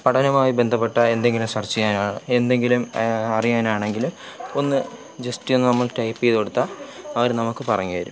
പഠനവുമായി ബന്ധപ്പെട്ട എന്തെങ്കിലും സെർച്ച് ചെയ്യാനോ എന്തെങ്കിലും അറിയാനാണെങ്കിൽ ഒന്ന് ജസ്റ്റ് നമ്മൾ ടൈപ്പ് ചെയ്തു കൊടുത്താൽ അവർ നമുക്ക് പറഞ്ഞുതരും